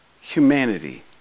humanity